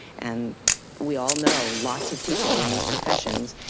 and we all know lots of people in these professions.